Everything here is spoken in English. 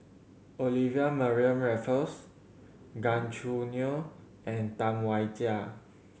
Olivia Mariamne Raffles Gan Choo Neo and Tam Wai Jia